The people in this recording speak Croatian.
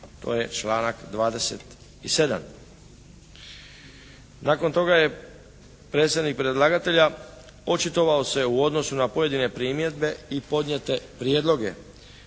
to je članak 27. Nakon toga je predsjednik predlagatelja očitovao se u odnosu na pojedine primjedbe i podnijete prijedloge